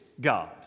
God